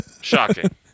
Shocking